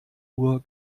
uhr